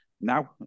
now